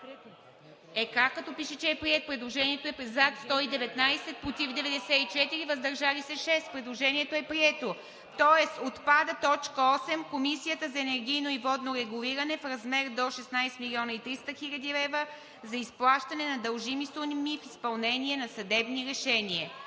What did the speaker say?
не е, като пише, че е прието предложението – за 119, против 94, въздържали се 6?! Предложението е прието, тоест отпада т. 8 – „Комисията за енергийно и водно регулиране в размер до 16 млн. 300 хил. лв. за изплащане на дължими суми в изпълнение на съдебни решения.“